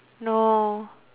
no